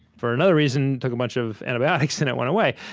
for another reason, took a bunch of antibiotics, and it went away.